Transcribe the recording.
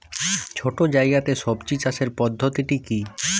ছোট্ট জায়গাতে সবজি চাষের পদ্ধতিটি কী?